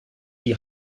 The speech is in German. die